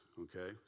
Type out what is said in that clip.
okay